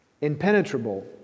impenetrable